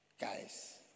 guys